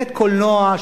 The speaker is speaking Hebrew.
בית-קולנוע,